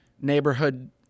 neighborhood